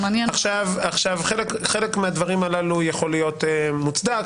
עכשיו חלק מהדברים הללו יכול להיות מוצדק,